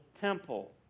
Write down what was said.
temple